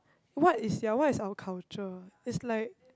what is ya what is our culture is like